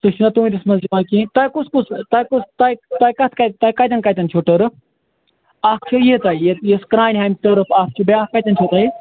سُہ چھِنَہ تُہنٛدس منٛز یِوان کِہیٖنۍ تۄہہِ کُس کُس تۄہہِ کُس تۄہہِ تۄہہِ کَتھ کَتہِ تۄہہِ کَتیٚن کَتیٚن چھُو ٹٔرٕف اَکھ چھُو یہِ تۄہہِ یُس کانِہامہِ ٹٔرٕف اَکھ چھِ بیٛاکھ کَتٮ۪ن چھو تۄہہِ